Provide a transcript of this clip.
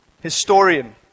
Historian